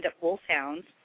wolfhounds